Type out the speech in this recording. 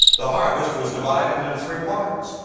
the harvest was divided into three parts.